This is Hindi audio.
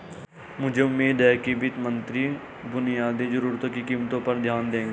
मुझे उम्मीद है कि वित्त मंत्री बुनियादी जरूरतों की कीमतों पर ध्यान देंगे